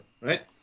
right